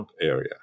area